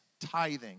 tithing